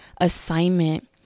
assignment